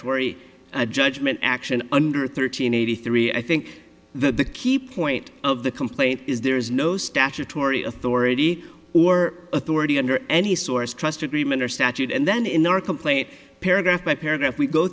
tory judgement action under thirteen eighty three i think that the key point of the complaint is there is no statutory authority or authority under any source trust agreement or statute and then in our complaint paragraph by paragraph we go